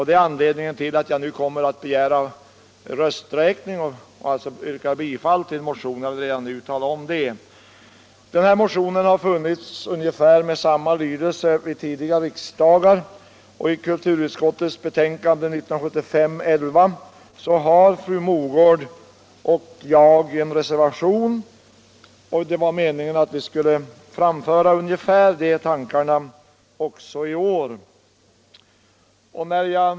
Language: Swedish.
Det är anledningen till att jag nu kommer att yrka bifall till motionen och begära rösträkning. Jag vill redan nu tala om det. Motionen har väckts med ungefär samma lydelse vid tidigare riksdagar. Vid kulturutskottets betänkande 1975:11 fogade fru Mogård och jag en reservation, och det var meningen att vi skulle framföra ungefär samma tankar som där också i år.